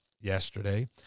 yesterday